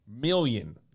million